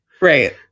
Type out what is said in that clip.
right